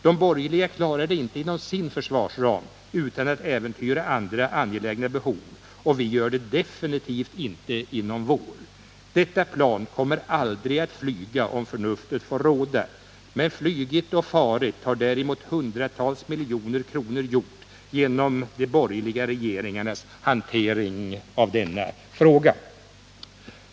De borgerliga klarar det inte inom sin försvarsram utan att äventyra andra angelägna behov, och vi gör det definitivt inte inom vår. Detta plan kommer aldrig att flyga om förnuftet får råda. Flugit och farit har däremot hundratals miljoner kronor gjort, genom de borgerliga regeringarnas hantering av denna fråga.